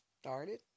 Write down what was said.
started